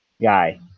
guy